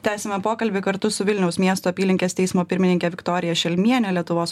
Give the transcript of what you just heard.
tęsiame pokalbį kartu su vilniaus miesto apylinkės teismo pirmininke viktorija šelmiene lietuvos